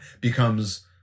becomes